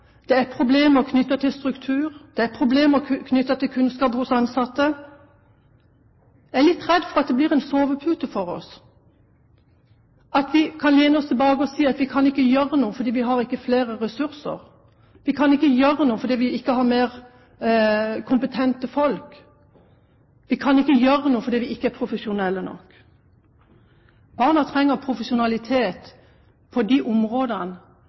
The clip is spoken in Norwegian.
det er problemer knyttet til struktur, det er problemer knyttet til kunnskap hos ansatte – bli en sovepute for oss, at vi kan lene oss tilbake og si at vi kan ikke gjøre noe for vi har ikke flere ressurser, vi kan ikke gjøre noe for vi har ikke flere kompetente folk, vi kan ikke gjøre noe for vi er ikke profesjonelle nok. Barna trenger profesjonalitet på de områdene